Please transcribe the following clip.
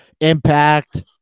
Impact